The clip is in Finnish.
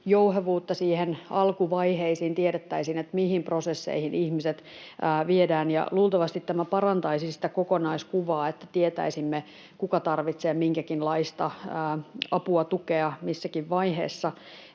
jouhevuutta niihin alkuvaiheisiin, tiedettäisiin, mihin prosesseihin ihmiset viedään, ja luultavasti tämä parantaisi sitä kokonaiskuvaa, niin että tietäisimme, kuka tarvitsee minkäkinlaista apua, tukea missäkin vaiheessa.